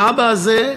האבא הזה,